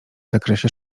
zakresie